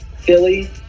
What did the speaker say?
Philly